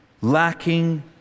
lacking